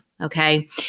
Okay